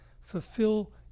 fulfill